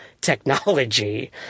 technology